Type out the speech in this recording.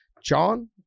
John